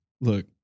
Look